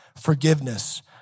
Forgiveness